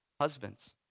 Husbands